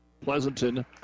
Pleasanton